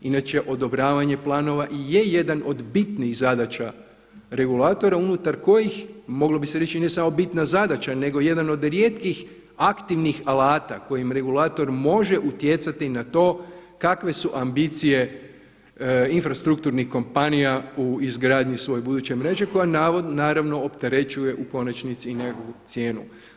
Inače odobravanje planova i je jedan od bitnijih zadaća regulatora, unutar kojih, moglo bi se reći i ne samo bitna zadaća nego jedan od rijetkih aktivnih alata kojim regulator može utjecati na to kakve su ambicije infrastrukturnih kompanija u izgradnji svoje buduće mreže koja naravno opterećuje u konačnici i njegovu cijenu.